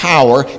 Power